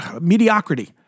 mediocrity